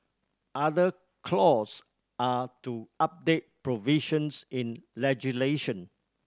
other clause are to update provisions in legislation